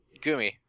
Gumi